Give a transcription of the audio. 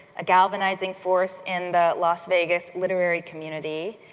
a galvanizing force in the las vegas literary community.